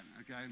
okay